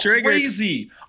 crazy